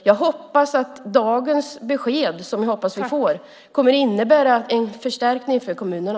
Jag hoppas att han i dag kan ge ett besked som innebär en förstärkning till kommunerna.